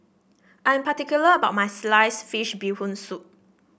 I am particular about my slice fish Bee Hoon Soup